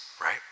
right